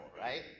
right